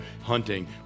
hunting